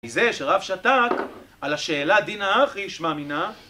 מזה שרב שתק על השאלה, דינה אחי, שמה מינה